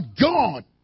God